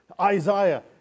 Isaiah